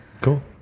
cool